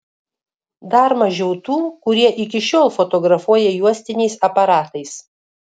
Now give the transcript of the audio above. dar mažiau tų kurie iki šiol fotografuoja juostiniais aparatais